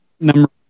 Number